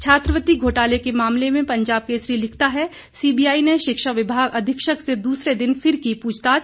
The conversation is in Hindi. छात्रवृति घोटाले के मामले में पंजाब केसरी लिखता है सीबीआई ने शिक्षा विभाग अधीक्षक से दूसरे दिन फिर की पूछताछ